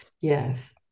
Yes